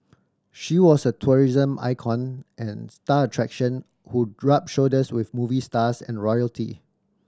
she was a tourism icon and star attraction who rubbed shoulders with movie stars and royalty